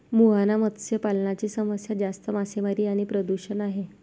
मुहाना मत्स्य पालनाची समस्या जास्त मासेमारी आणि प्रदूषण आहे